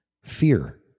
Fear